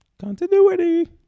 Continuity